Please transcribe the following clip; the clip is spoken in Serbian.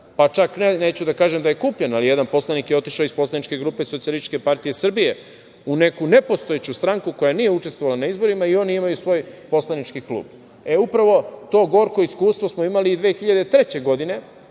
pa čak neću da kažem da je kupljeno, ali, jedan poslanik je otišao iz poslaničke grupe SPS u neku nepostojeću stranku koja nije učestvovala na izborima i oni imaju svoj poslanički klub. Upravo to gorko iskustvo smo imali i 2003. godine,